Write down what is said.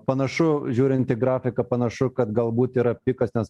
panašu žiūrint į grafiką panašu kad galbūt yra pikas nes